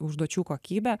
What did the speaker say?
užduočių kokybę